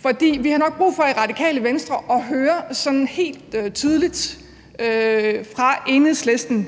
For vi har nok brug for i Radikale Venstre at høre sådan helt tydeligt fra Enhedslisten: